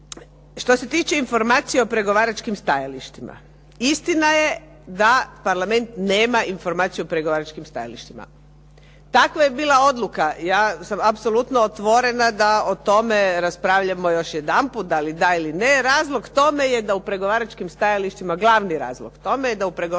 Što se tiče informacije o pregovaračkim stajalištima istina je da Parlament nema informaciju o pregovaračkim stajalištima. Takva je bila odluka. Ja sam apsolutno otvorena da o tome raspravljamo još jedanput da li da ili ne. Razlog tome je da u pregovaračkim stajalištima, glavni razlog tome je da u pregovaračkim stajalištima